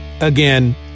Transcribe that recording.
again